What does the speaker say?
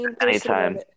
anytime